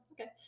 okay